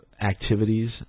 activities